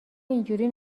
اینجوری